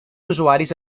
usuaris